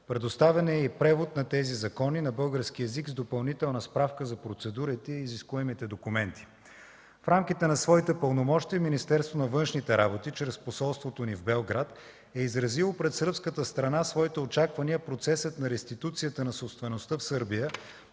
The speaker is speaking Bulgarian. Предоставен е и превод на тези закони на български език с допълнителна справка за процедурите и изискуемите документи. В рамките на своите пълномощия Министерството на външните работи, чрез посолството ни в Белград, е изразило пред сръбската страна своите очаквания процесът на реституцията на собствеността в Сърбия